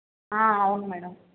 అవును మ్యాడమ్